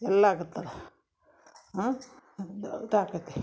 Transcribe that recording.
ಎಲ್ಲ ಆಗತ್ತದು ದಾ ಇದಾಕತ್ತಿ